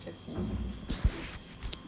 I don't mind